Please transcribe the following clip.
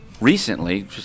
recently